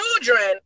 children